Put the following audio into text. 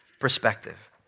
perspective